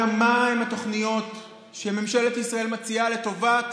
מהן התוכניות שממשלת ישראל מציעה לטובת